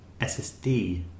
SSD